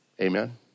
amen